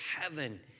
heaven